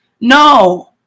No